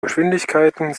geschwindigkeiten